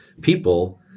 people